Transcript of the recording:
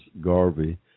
Garvey